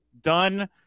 done